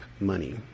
money